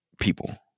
people